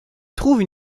trouve